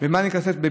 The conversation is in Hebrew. במה אני אקצץ, בשכר?